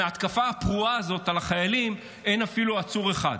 מההתקפה הפרועה הזאת על החיילים אין אפילו עצור אחד.